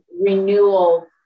renewal